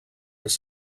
les